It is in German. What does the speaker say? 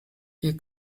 ihr